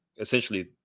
essentially